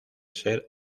ser